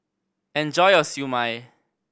enjoy your Siew Mai